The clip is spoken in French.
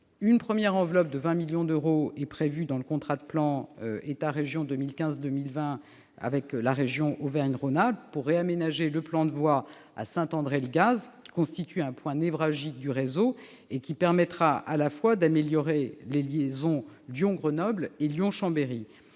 Une première enveloppe de 20 millions d'euros est prévue dans le contrat de plan 2015-2020 entre l'État et la région Auvergne-Rhône-Alpes pour réaménager le plan de voies à Saint-André-le-Gaz, qui constitue un point névralgique du réseau. Cela permettra d'améliorer, à la fois, les liaisons Lyon-Grenoble et Lyon-Chambéry.